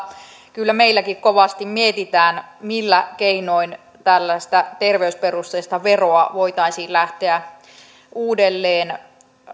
kyllä meilläkin kovasti mietitään millä keinoin tällaista terveysperusteista veroa voitaisiin lähteä uudelleen